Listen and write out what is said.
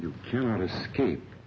you cannot escape